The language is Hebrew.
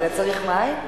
הם